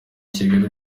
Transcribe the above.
kigali